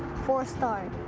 four star.